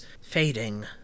fading